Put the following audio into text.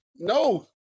No